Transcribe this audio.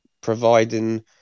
providing